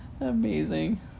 Amazing